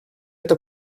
это